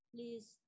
Please